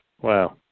Wow